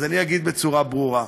אז אני אגיד בצורה ברורה: